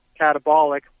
catabolic